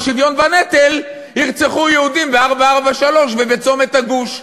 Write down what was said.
שוויון בנטל ירצחו יהודים ב-443 ובצומת הגוש,